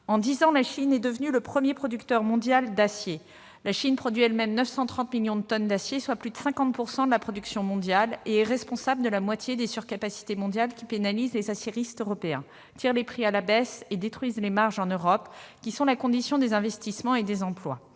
En dix ans, la Chine est devenue le premier producteur mondial d'acier. À elle seule, elle produit 930 millions de tonnes d'acier, soit plus de 50 % de la production mondiale, et elle est responsable de la moitié des surcapacités mondiales qui pénalisent les aciéristes européens, tirent les prix à la baisse et détruisent les marges en Europe. Or les marges sont la condition des investissements et des emplois.